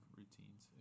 routines